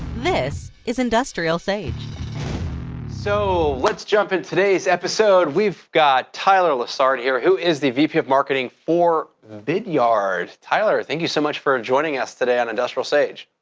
this is industrialsage. so let's jump in today's episode. we've got tyler lessard here, who is the v p. of marketing for vidyard. tyler, thank you so much for joining us today on industrialsage.